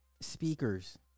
Speakers